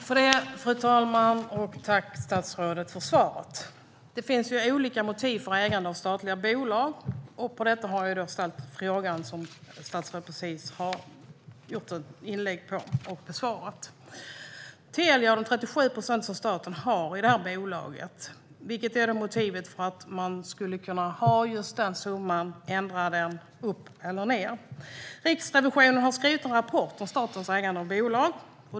Fru talman! Tack, statsrådet, för svaret! Det finns olika motiv för ägande av statliga bolag. På detta tema har jag ställt en fråga, som statsrådet precis har gjort ett inlägg om här och besvarat, om Telia och de 37 procent som staten äger i bolaget. Det kan finnas motiv till att man ska ha just den andelen eller till att man ska ändra den uppåt eller nedåt. Riksrevisionen har skrivit en rapport om statens ägande av bolag.